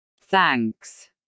Thanks